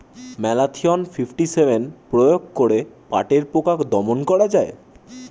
Malathion fifty seven প্রয়োগ করে পাটের পোকা দমন করা যায়?